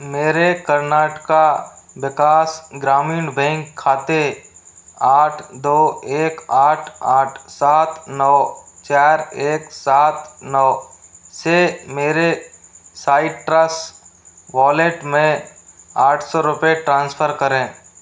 मेरे कर्नाटक विकास ग्रामीण बैंक खाते आठ दो एक आठ आठ सात नौ चार एक सात नौ से मेरे साइट्रस वॉलेट में आठ सौ रुपये ट्रांसफ़र करें